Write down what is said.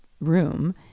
room